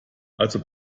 also